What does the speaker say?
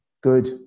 good